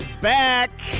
back